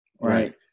right